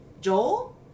Joel